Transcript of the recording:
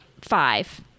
five